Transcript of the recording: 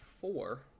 four